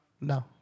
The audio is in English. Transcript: No